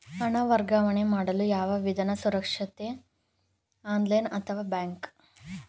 ಹಣ ವರ್ಗಾವಣೆ ಮಾಡಲು ಯಾವ ವಿಧಾನ ಸುರಕ್ಷಿತ ಆನ್ಲೈನ್ ಅಥವಾ ಬ್ಯಾಂಕ್?